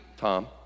Tom